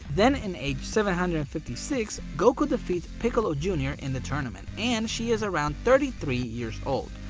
then in age seven hundred and fifty six goku defeats piccolo jr in the tournament and she is around thirty three years old.